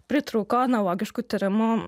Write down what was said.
pritrūko analogiškų tyrimų